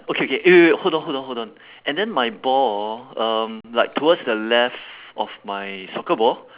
okay okay eh wait wait hold on hold on hold on and then my ball hor um like towards the left of my soccer ball